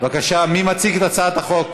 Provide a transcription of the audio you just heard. הקואליציה, בבקשה, מי מציג את הצעת החוק?